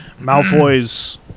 Malfoy's